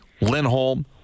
Lindholm